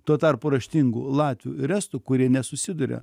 tuo tarpu raštingų latvių ir estų kurie nesusiduria